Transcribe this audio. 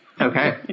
Okay